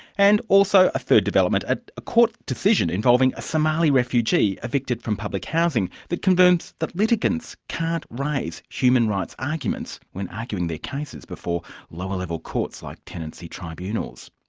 and, also, a third development, ah a court decision involving a somali refugee evicted from public housing, that confirms that litigants can't raise human rights arguments when arguing their cases before lower level courts, like tenancy tribunals.